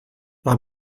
war